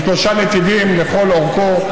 עם שלושה נתיבים לכל אורכו,